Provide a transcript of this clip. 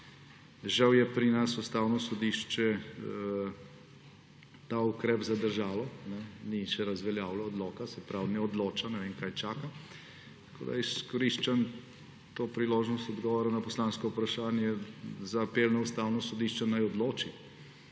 Žal je pri nas Ustavno sodišče ta ukrep zadržalo. Ni še razveljavilo odloka, a ne odloča. Ne vem, kaj čaka. Tako izkoriščam to priložnost odgovora na poslansko vprašanje za apel na Ustavno sodišče, naj odloči.